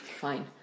Fine